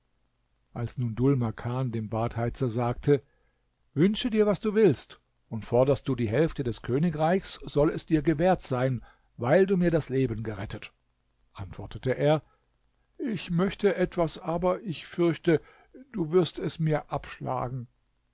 als nun dhul makan dem badheizer sagte wünsche dir was du willst und forderst du die hälfte des königreichs soll es dir gewährt sein weil du mir das leben gerettet antwortete er ich möchte etwas aber ich fürchte du wirst mir es abschlagen